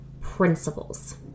principles